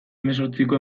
hemezortziko